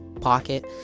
Pocket